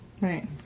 Right